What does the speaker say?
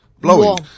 blowing